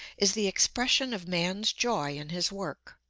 is the expression of man's joy in his work.